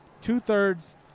Two-thirds